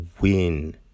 win